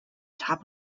top